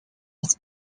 was